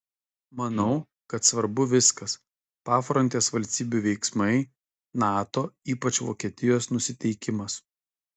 manau kad svarbu viskas pafrontės valstybių veiksmai nato ypač vokietijos nusiteikimas